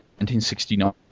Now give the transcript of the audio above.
1969